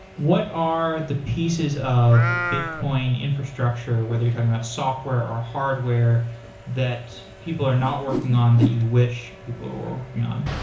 what are the pieces of bitcoin infrastructure, whether you're talking about software or a hardware that people are not working on that you wish people are working on?